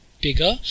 Bigger